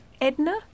Edna